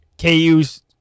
KU's